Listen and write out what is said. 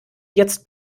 jetzt